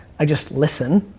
i just listen,